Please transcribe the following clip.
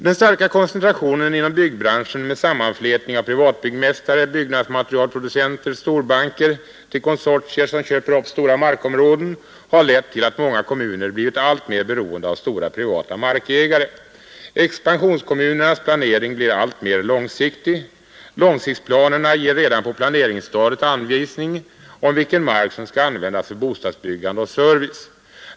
Den starka koncentrationen inom byggbranschen med sammanflätning av privatbyggmästare, byggnadsmaterialproducenter och storbanker till konsortier som köper upp stora markområden har lett till att många kommuner blivit alltmer beroende av stora privata markägare. Expansionskommunernas planering blir alltmer långsiktig. Långsiktsplanerna ger redan på planeringsstadiet anvisningar om vilken mark som skall användas för bostadsbyggande och service.